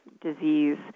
disease